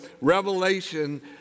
Revelation